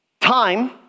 Time